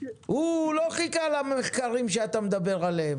הוא לא חיכה למחקרים שאתה מדבר עליהם.